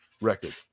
record